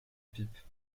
pipe